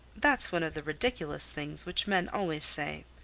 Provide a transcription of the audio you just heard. that's one of the ridiculous things which men always say.